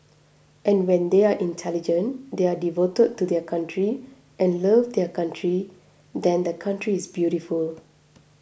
and when they are intelligent they are devoted to their country and love their country then the country is beautiful